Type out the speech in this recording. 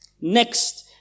Next